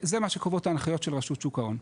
זה מה שקובעות ההנחיות של שוק ההון.